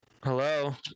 Hello